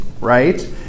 right